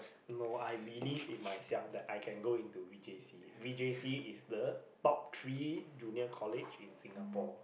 no I believe in myself that I can go into v_j_c v_j_c is the top three junior college in Singapore